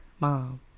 mom